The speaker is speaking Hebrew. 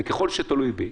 וככל שתלוי בי,